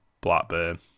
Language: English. Blackburn